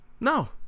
No